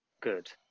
good